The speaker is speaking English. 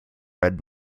red